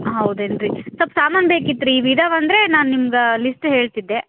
ಹೌದೇನು ರೀ ಸ್ವಲ್ಪ ಸಮಾನ ಬೇಕಿತ್ತು ರೀ ಇವಿದ್ದಾವೆ ಅಂದರೆ ನಾನು ನಿಮ್ಗೆ ಲಿಸ್ಟ್ ಹೇಳ್ತಿದ್ದೆ